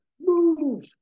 move